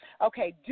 Okay